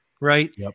right